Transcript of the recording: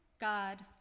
God